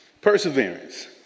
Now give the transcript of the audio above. Perseverance